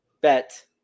Bet